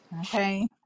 okay